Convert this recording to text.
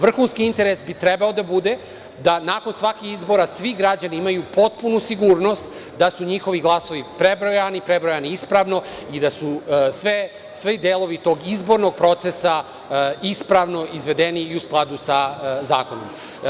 Vrhunski interes bi trebao da bude da nakon svakih izbora svi građani imaju potpunu sigurnost da su njihovi glasovi prebrojani, prebrojani ispravno i da su svi delovi tog izbornog procesa ispravno izvedeni i u skladu sa zakonom.